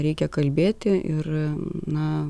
reikia kalbėti ir na